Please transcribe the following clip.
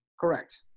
Correct